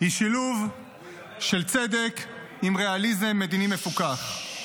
היא שילוב של צדק עם ריאליזם מדיני מפוקח.